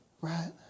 right